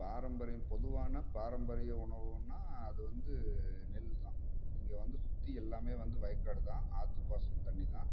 பாரம்பரியம் பொதுவான பாரம்பரிய உணவுன்னால் அது வந்து நெல்தான் இங்கே வந்து சுற்றி எல்லாமே வந்து வயக்காடுதான் ஆத்துப்பாசன தண்ணிதான்